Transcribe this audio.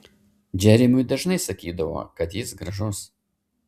džeremiui dažnai sakydavo kad jis gražus